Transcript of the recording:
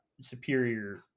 superior